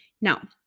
Now